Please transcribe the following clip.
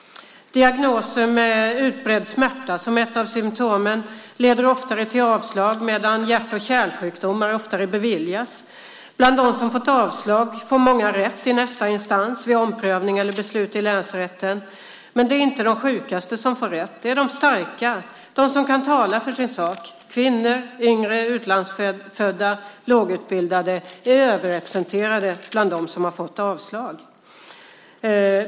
Diagnoser med utbredd smärta som ett av symtomen leder oftare till avslag, medan ansökningar på grund av hjärt och kärlsjukdomar oftare beviljas. Bland dem som fått avslag får många rätt i nästa instans, vid omprövning eller beslut i länsrätten. Men det är inte de sjukaste som får rätt. Det är de starka, de som kan tala för sin sak. Kvinnor, yngre, utlandsfödda och lågutbildade är överrepresenterade bland dem som har fått avslag.